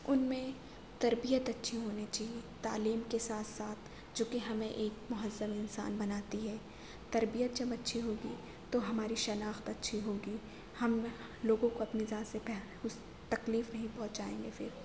ان میں تربیت اچھی ہونے چاہیے تعلیم کے ساتھ ساتھ جو کہ ہمیں ایک مہذب انسان بناتی ہے تربیت جب اچھی ہوگی تو ہماری شناخت اچھی ہوگی ہم لوگوں کو اپنی ذات سے تکلیف نہیں پہنچایئں گے پھر